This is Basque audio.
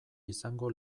izango